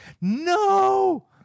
no